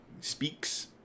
speaks